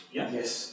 Yes